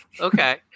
Okay